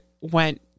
went